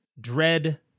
dread